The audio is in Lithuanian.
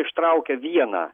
ištraukia vieną